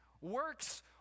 works